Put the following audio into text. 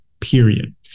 period